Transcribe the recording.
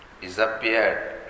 disappeared